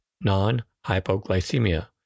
non-hypoglycemia